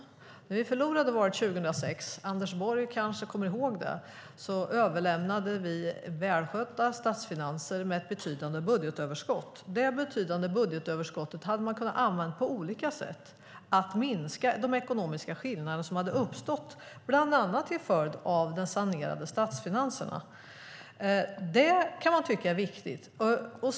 När vi förlorade valet 2006 överlämnade vi välskötta statsfinanser med ett betydande budgetöverskott, vilket Anders Borg kanske kommer ihåg. Detta betydande budgetöverskott hade man kunna använda på olika sätt och till att minska de ekonomiska skillnader som hade uppstått bland annat till följd av de sanerade statsfinanserna. Det kan man tycka är viktigt.